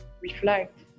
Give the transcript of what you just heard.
reflect